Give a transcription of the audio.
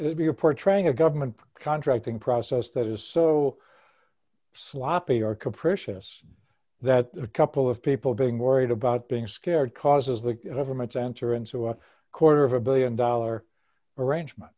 would be a portraying a government contracting process that is so sloppy or capricious that a couple of people being worried about being scared cause as the government enter into a quarter of a one billion dollars arrangement